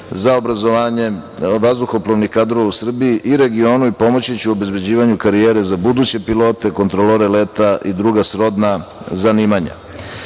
za obrazovanje vazduhoplovnih kadrova u Srbiji i regionu, i pomoći u obezbeđivanju karijere za buduće pilote, kontrolore leta i druga srodna zanimanja. Još